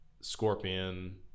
Scorpion